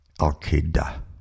Al-Qaeda